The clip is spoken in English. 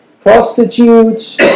prostitutes